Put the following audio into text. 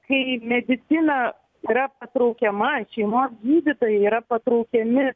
kai medicina yra patraukiama šeimos gydytojai yra patraukiami